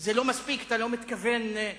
זה לא מספיק, אתה לא מתכוון ליהודים.